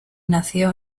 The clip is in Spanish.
nació